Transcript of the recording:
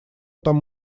там